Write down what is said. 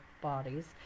bodies